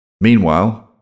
Meanwhile